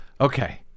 Okay